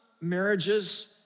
marriages